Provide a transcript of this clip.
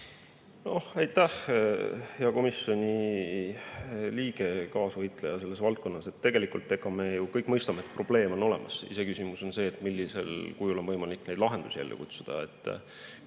Aitäh, hea komisjoni liige, kaasvõitleja selles valdkonnas! Tegelikult me ju kõik mõistame, et probleem on olemas. Iseküsimus on, millisel kujul on võimalik neid lahendusi ellu kutsuda.